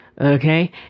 Okay